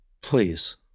Please